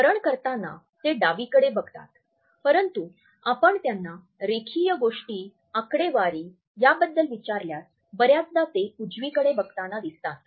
स्मरण करताना ते डावीकडे बघतात परंतु आपण त्यांना रेखीय गोष्टी आकडेवारी बद्दल विचारल्यास बर्याचदा ते उजवीकडे बघताना दिसतात